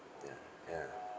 ya ya